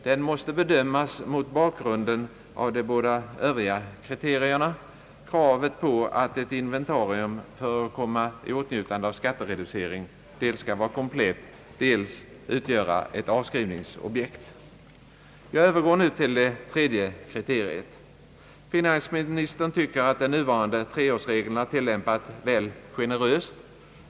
Den måste bedömas mot bakgrunden av de båda Övriga kriterierna — att ett inventarium för att komma i åtnjutande av skattereducering dels skall vara komplett, dels skall utgöra avskrivningsobjekt. Jag övergår nu till det tredje kriteriet. Finansministern tycker att den nuvarande treårsregeln har tillämpats väl generöst.